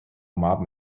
mob